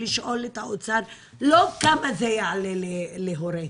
לשאול את האוצר לא כמה זה יעלה להורה.